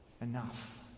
Enough